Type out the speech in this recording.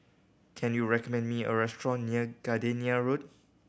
can you recommend me a restaurant near Gardenia Road